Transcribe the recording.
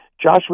Josh